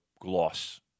gloss